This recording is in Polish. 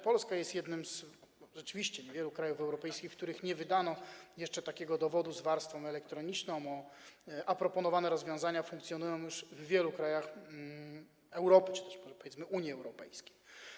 Polska jest rzeczywiście jednym z niewielu krajów europejskich, w których nie wydano jeszcze takiego dowodu z warstwą elektroniczną, a proponowane rozwiązania funkcjonują już w wielu krajach Europy czy też, powiedzmy, Unii Europejskiej.